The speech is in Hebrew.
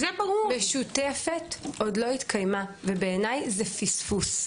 בצורה משותפת הפקת לקחים עוד לא התקיימה ובעיניי זה פספוס.